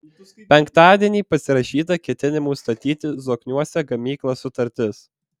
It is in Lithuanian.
penktadienį pasirašyta ketinimų statyti zokniuose gamyklą sutartis